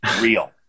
real